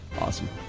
Awesome